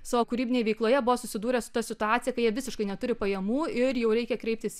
savo kūrybinėje veikloje buvo susidūrę su ta situacija kai jie visiškai neturi pajamų ir jau reikia kreiptis